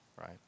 right